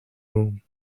room